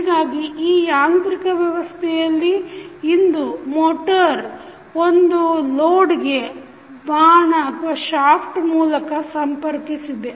ಹೀಗಾಗಿ ಈ ಯಾಂತ್ರಿಕ ವ್ಯವಸ್ಥೆಯಲ್ಲಿ ಇಂದು ಮೋಟರ್ ಒಂದು ಲೋಡ್ಗೆ ಬಾಣ ಮೂಲಕ ಸಂಪರ್ಕಿಸಿದೆ